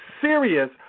serious